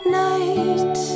night